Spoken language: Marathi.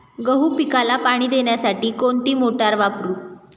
गहू पिकाला पाणी देण्यासाठी कोणती मोटार वापरू?